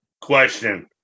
Question